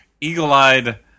eagle-eyed